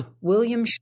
William